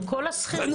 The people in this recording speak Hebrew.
השכירים.